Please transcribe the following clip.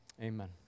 Amen